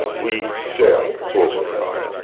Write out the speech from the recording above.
we shall overcome.